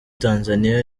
tanzaniya